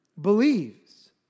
believes